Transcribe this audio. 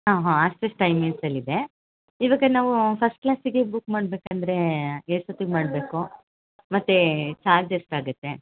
ಹಾಂ ಹಾಂ ಅಷ್ಟಷ್ಟು ಟೈಮಿಂಗ್ಸಲ್ಲಿ ಇದೆ ಇವಾಗ ನಾವು ಫಸ್ಟ್ ಕ್ಲಾಸಿಗೆ ಬುಕ್ ಮಾಡ್ಬೇಕು ಅಂದರೆ ಎಷ್ಟೊತ್ತಿಗೆ ಮಾಡಬೇಕು ಮತ್ತು ಚಾರ್ಜ್ ಎಷ್ಟು ಆಗುತ್ತೆ